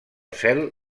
cel